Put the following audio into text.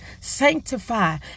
Sanctify